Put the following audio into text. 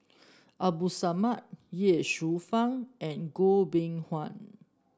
Abdul Samad Ye Shufang and Goh Beng Kwan